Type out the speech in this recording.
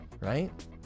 right